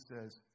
says